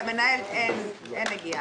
למנהל אין נגיעה?